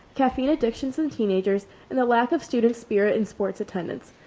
caffeine addictions in teenagers and the lack of student spirit in sports attendance.